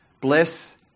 Bless